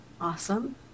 awesome